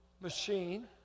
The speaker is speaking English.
machine